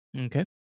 Okay